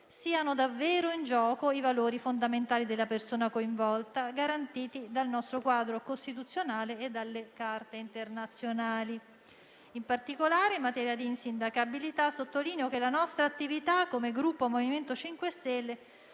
siano davvero in gioco i valori fondamentali della persona coinvolta, garantiti dal nostro quadro costituzionale e dalle carte internazionali. In particolare, in materia di insindacabilità, sottolineo che la nostra attività come Gruppo MoVimento 5 Stelle